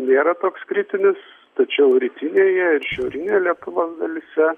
nėra toks kritinis tačiau rytinėje ir šiaurinėje lietuvos dalyse